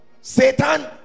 satan